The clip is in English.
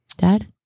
Dad